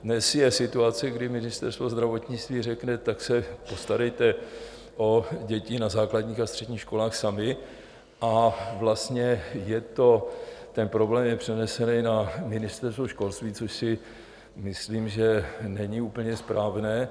Dnes je situace, kdy Ministerstvo zdravotnictví řekne: Tak se starejte o děti na základních a středních školách sami, a vlastně je ten problém přenesen na Ministerstvo školství, což si myslím, že není úplně správné.